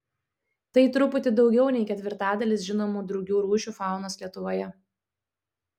tai truputį daugiau nei ketvirtadalis žinomų drugių rūšių faunos lietuvoje